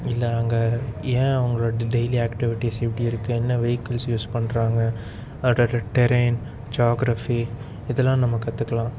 இல்லை அங்கே ஏன் அவங்களோட டெய்லி ஆக்டிவிட்டீஸ் இப்படி இருக்குது என்ன வெஹிக்கள்ஸ் யூஸ் பண்ணுறாங்க அதோடய டெரைன் ஜியோகிராஃபி இதெல்லாம் நம்ம கற்றுக்கலாம்